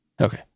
Okay